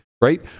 right